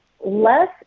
less